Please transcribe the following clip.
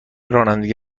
رانندگی